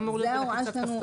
זה אמור להיות בלחיצת כפתור.